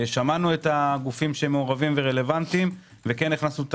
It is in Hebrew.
שמענו את הגופים המעורבים ורלוונטיים והכנסנו את